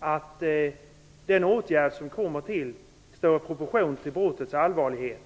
att påföljden står i proportion till brottets allvarlighet.